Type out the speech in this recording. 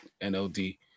NLD